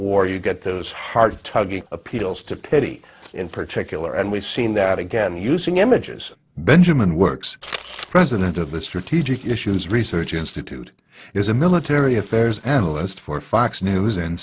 war you get those heart tugging appeals to pity in particular and we've seen that again using images benjamin works president of the strategic issues research institute is a military affairs analyst for fox news and